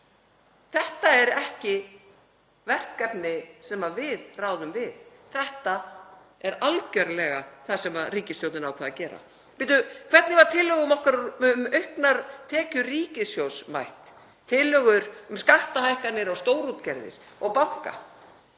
Þetta er ekki verkefni sem við ráðum við. Þetta er algerlega það sem ríkisstjórnin ákvað að gera. Og hvernig var tillögum okkar um auknar tekjur ríkissjóðs mætt? Tillögur um skattahækkanir á stórútgerðir og banka,